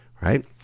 Right